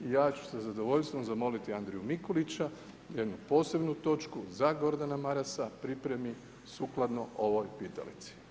I ja ću sa zadovoljstvom zamoliti Andriju Mikulića jednu posebnu točku za Gordana Marasa pripremi sukladno ovoj pitalici.